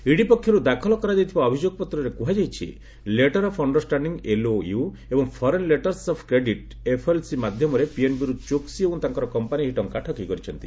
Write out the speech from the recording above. ED ପକ୍ଷରୁ ଦାଖଲ କରାଯାଇଥିବା ଅଭିଯୋଗପତ୍ରେ କୁହାଯାଇଛି letter of understanding LOU ଏବଂ foreign letters of credit FLC ମାଧ୍ୟମରେ ପିଏନ୍ବି ରୁ ଚୋକ୍କି ଓ ତାଙ୍କର କମ୍ପାନୀ ଏହି ଟଙ୍କା ଠକେଇ କରିଛନ୍ତି